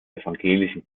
evangelischen